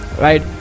right